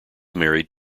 married